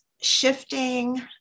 shifting